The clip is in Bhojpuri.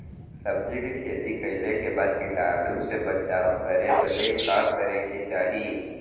सब्जी के खेती कइला के बाद कीटाणु से बचाव करे बदे का करे के चाही?